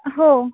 हो